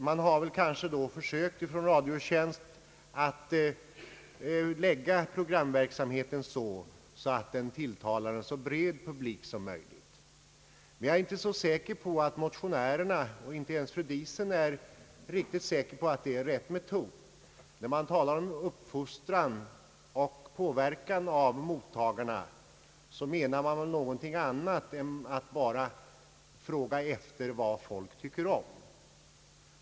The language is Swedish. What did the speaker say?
Man har väl kanske försökt att lägga programverksamheten så att den tilltalar en så bred publik som möjligt. Jag är inte så säker på att motionärerna eller fru Diesen är riktigt säkra på att det är rätt metod. När man talar om uppfostran och påverkan av mottagarna, menar man väl någonting annat än att bara fråga efter vad folk tycker om.